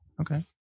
Okay